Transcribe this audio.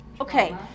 Okay